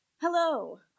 Hello